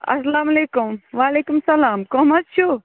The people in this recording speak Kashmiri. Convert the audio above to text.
اسلامُ علیکُم وعلیکُم اسلام کٕم حظ چھُو